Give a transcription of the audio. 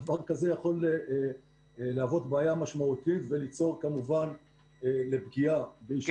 דבר כזה יכול להוות בעיה משמעותית וליצור פגיעה באישה כזו או אחרת.